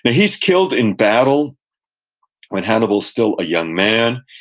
but he's killed in battle when hannibal's still a young man.